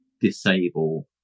disable